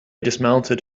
dismounted